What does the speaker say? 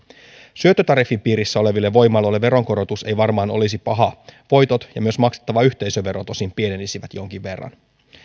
syöttötariffin piirissä oleville voimaloille veronkorotus ei varmaan olisi paha voitot ja myös maksettava yhteisövero tosin pienenisivät jonkin verran